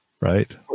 right